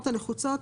בסעיף קטן (ד1)(5),